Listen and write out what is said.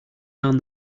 down